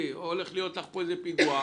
הולך להיות לך פה איזה פיגוע,